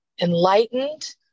Enlightened